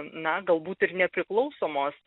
na galbūt ir nepriklausomos